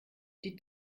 die